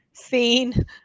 seen